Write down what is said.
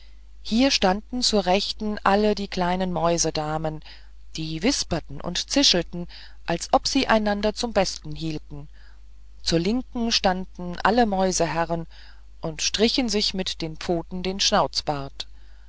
hier standen zur rechten alle die kleinen mäusedamen die wisperten und zischelten als ob sie einander zum besten hielten zur linken standen alle mäuseherren und strichen sich mit der pfote den schnauzbart